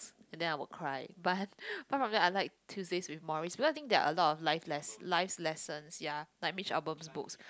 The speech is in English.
and then I would cry but apart from that I like Tuesdays with Morrie because I think there's a lot of life less~ life's lessons ya like Mitch-Albom's books